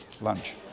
lunch